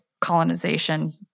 colonization